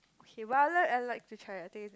okay I like to try I think